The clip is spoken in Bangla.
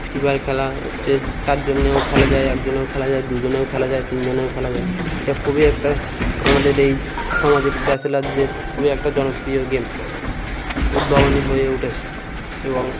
ফ্রি ফায়ার খেলা হচ্ছে চারজনেও খেলা যায় একজনেও খেলা যায় দুজনেও খেলা যায় তিনজনেও খেলা যায় এটা খুবই একটা আমাদের এই সমাজের ব্যাচেলরদের খুবই একটা জনপ্রিয় গেম উদ্ভাবনী হয়ে উঠেছে এবং